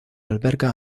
alberga